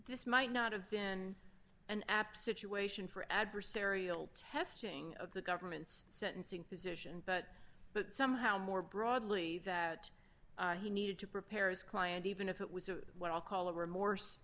this might not have been an ap situation for adversarial testing of the government's sentencing position but but somehow more broadly he needed to prepare his client even if it was a what i'll call a remorse